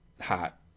hot